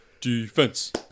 Defense